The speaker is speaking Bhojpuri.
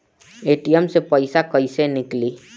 ए.टी.एम से पइसा कइसे निकली?